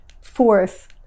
Fourth